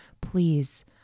Please